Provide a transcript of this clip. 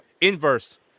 inverse